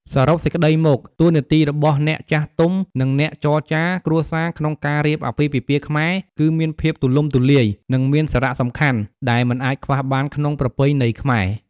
សរុបសេចក្តីមក តួនាទីរបស់អ្នកចាស់ទុំ និងអ្នកចរចារគ្រួសារក្នុងការរៀបអាពាហ៍ពិពាហ៍ខ្មែរ គឺមានភាពទូលំទូលាយ និងមានសារៈសំខាន់ដែលមិនអាចខ្វះបានក្នុងប្រពៃណីខ្មែរ។